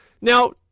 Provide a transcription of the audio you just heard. Now